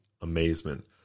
amazement